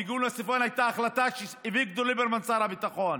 מיגון הצפון היה החלטה של אביגדור ליברמן שר הביטחון.